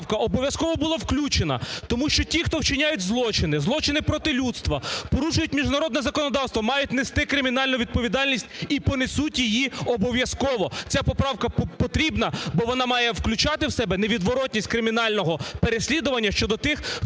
поправка обов'язково була включена, тому що ті, хто вчиняють злочини, злочини проти людства, порушують міжнародне законодавство, мають нести кримінальну відповідальність, і понесуть її обов'язково. Ця поправка потрібна, бо вона має включати в себе невідворотність кримінального переслідування щодо тих, хто вчиняє